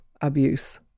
abuse